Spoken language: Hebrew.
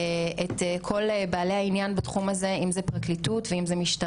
על מנת שקודם כל הנשים עצמן תדענה מול מה הן מתמודדות.